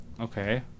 Okay